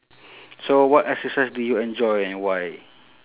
so what exercise do you enjoy and why